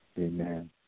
Amen